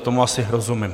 Tomu asi rozumím.